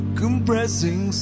compressing